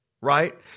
right